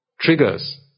triggers